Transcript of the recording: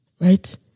right